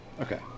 Okay